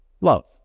love